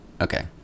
Okay